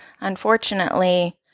unfortunately